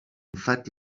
infatti